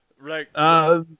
Right